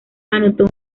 anotó